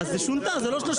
התיכון.